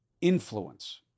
influence